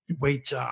wait